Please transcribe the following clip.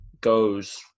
goes